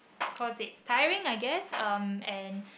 cause it's tiring I guess um and